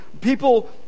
People